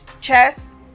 chess